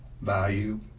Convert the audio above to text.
value